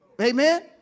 Amen